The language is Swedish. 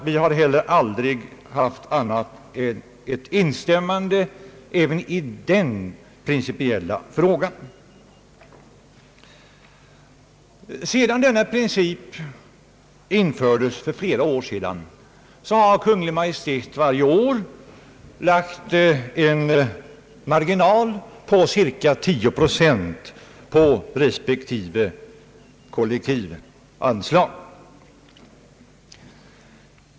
Vi har heller aldrig haft annat än ett instämmande att göra även i den principiella frågan. Sedan denna princip för flera år sedan infördes har Kungl. Maj:t varje år lagt en marginal på cirka 10 procent på respektive kollektivanslag.